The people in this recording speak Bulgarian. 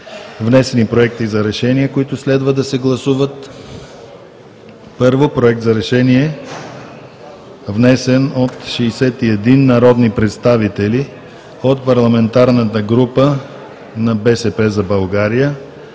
Внесени проекти за решение, които следва да се гласуват: Първи Проект за решение, внесен от 61 народни представители от парламентарната група на „БСП за България“,